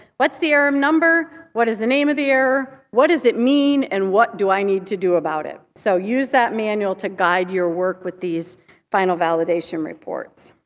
what's the error um number, what is the name of the error, what does it mean, and what do i need to do about it? so use that manual to guide your work with these final validation reports.